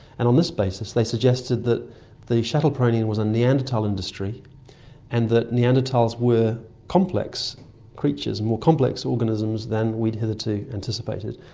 and from um this basis they suggested that the chatelperronian was a neanderthal industry and that neanderthals were complex creatures, more complex organisms than we'd hitherto anticipated.